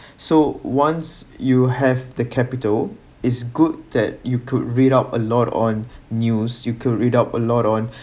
so once you have the capital is good that you could read up a lot on news you could read up a lot on